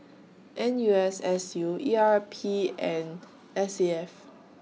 N U S S U E R P and S A F